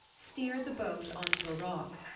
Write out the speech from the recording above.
steered the boat on to a rock.